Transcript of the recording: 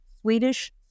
Swedish